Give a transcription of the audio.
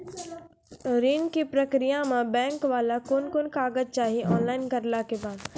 ऋण के प्रक्रिया मे बैंक वाला के कुन कुन कागज चाही, ऑनलाइन करला के बाद?